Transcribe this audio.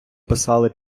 писали